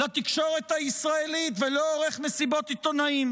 לתקשורת הישראלית ולא עורך מסיבות עיתונאים: